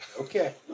Okay